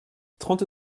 trente